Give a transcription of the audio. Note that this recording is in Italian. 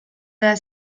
della